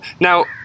now